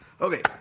okay